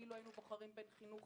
כאילו היינו בוחרים בין חינוך